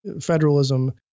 federalism